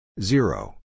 Zero